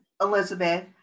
Elizabeth